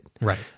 Right